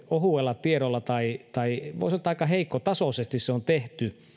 ohuella tiedolla tai voi sanoa että aika heikkotasoisesti se on tehty